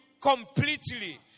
completely